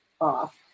off